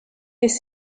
les